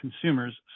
consumers